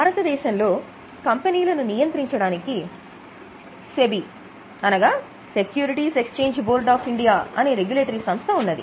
భారతదేశంలో లో కంపెనీలను నియంత్రించడానికి SEBI securities exchange board of India అనే రెగ్యులేటరీ సంస్థ ఉన్నది